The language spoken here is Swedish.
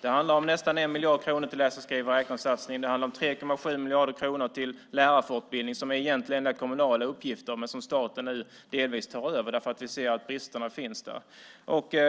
Det handlar om nästan 1 miljard kronor till läsa-skriva-räkna-satsningen. Det handlar om 3,7 miljarder kronor till lärarfortbildning som egentligen är kommunala uppgifter, men som staten nu delvis tar över eftersom vi ser att bristerna finns där.